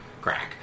crack